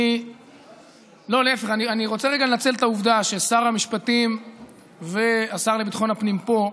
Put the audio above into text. אני רוצה רגע לנצל את העובדה ששר המשפטים והשר לביטחון הפנים פה.